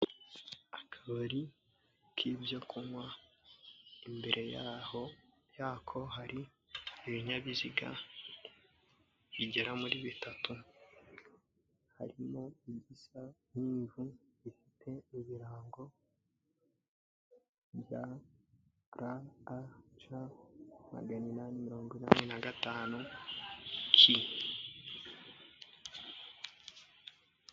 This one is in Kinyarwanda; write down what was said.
Akabari k'ibyo kunywa, imbere yako hari ibinyabiziga bigera muri bitatu, harimo igisa nk'ibihu bifite ibirango bya a, a, c. magana inani mirongotanu.